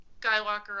Skywalker